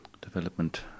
development